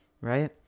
right